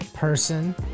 person